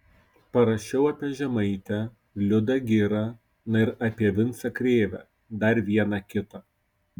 parašiau apie žemaitę liudą girą na ir apie vincą krėvę dar vieną kitą